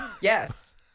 Yes